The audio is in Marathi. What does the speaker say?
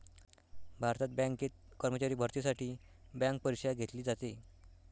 भारतात बँकेत कर्मचारी भरतीसाठी बँक परीक्षा घेतली जाते